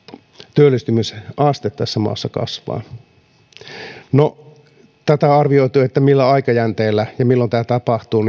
työllisyysaste tässä maassa kasvaa no tätä on arvioitu että millä aikajänteellä ja milloin tämä tapahtuu